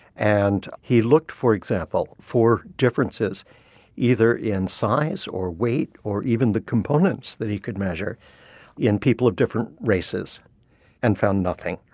and he looked, for example, for differences either in size or weight or even the components that you could measure in people of different races and found nothing,